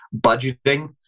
budgeting